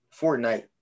Fortnite